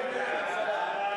הודעת ראש